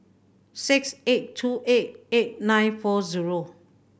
six eight two eight eight nine four zero